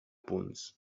punts